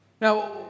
Now